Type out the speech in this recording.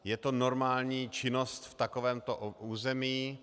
Je to normální činnost v takovémto území.